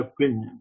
opinion